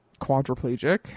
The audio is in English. quadriplegic